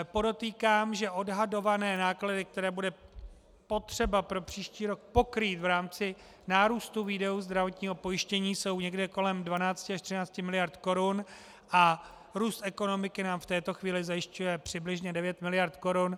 Podotýkám, že odhadované náklady, které bude potřeba pro příští rok pokrýt v rámci nárůstu výdajů zdravotního pojištění, jsou někde kolem 12 až 13 miliard korun a růst ekonomiky nám v této chvíli zajišťuje přibližně 9 miliard korun.